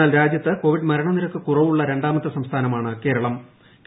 എന്നാൽ രാജ്യത്ത് കോവിഡ് മരണനിരക്ക് കുറവുള്ള രണ്ടാമത്തെ സംസ്ഥാനമാണ് കേരളം